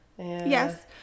yes